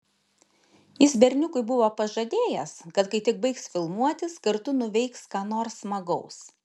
jis berniukui buvo pažadėjęs kad kai tik baigs filmuotis kartu nuveiks ką nors smagaus